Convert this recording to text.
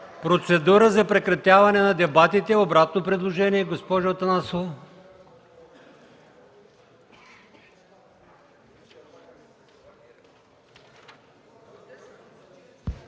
Процедура за прекратяване на дебатите. Обратно предложение – госпожа Атанасова.